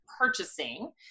purchasing